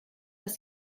dass